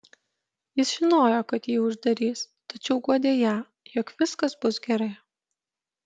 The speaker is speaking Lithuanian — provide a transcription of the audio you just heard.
jis žinojo kad jį uždarys tačiau guodė ją jog viskas bus gerai